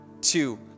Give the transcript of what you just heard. Two